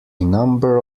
number